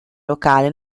locale